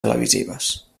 televisives